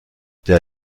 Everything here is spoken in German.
der